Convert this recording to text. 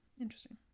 Interesting